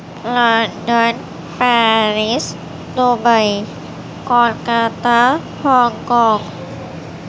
London Paris Dubai Kolkata Hong Kong